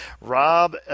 Rob